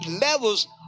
levels